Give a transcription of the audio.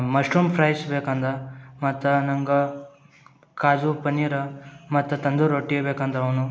mushroom fries ಬೇಕಂದು ಮತ್ತು ನಂಗೆ ಖಾಜು ಪನ್ನೀರ ಮತ್ತು ತಂದೂರಿ ರೊಟ್ಟಿ ಬೇಕಂದು ಅವನು